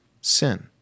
sin